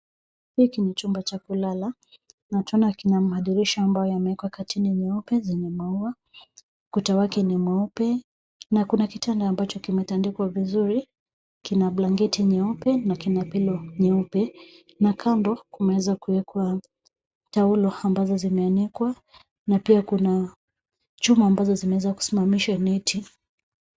Hiki ni chumba cha kulala na twaona kina madirisha ambayo yamewekwa kateni nyeupe zenye maua. Ukuta wake ni mweupe na kuna kitanda ambacho kimetandikwa vizuri kina blanketi nyeupe na kina pillow nyeupe na kando kumeweza kuwekwa taulo ambazo zimeanikwa na pia kuna chuma ambazo zimeweza kusimamishwa neti.